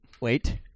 Wait